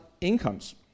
Incomes